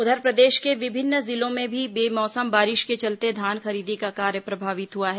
उधर प्रदेश के विभिन्न जिलों में भी बेमौसम बारिश के चलते धान खरीदी का कार्य प्रभावित हुआ है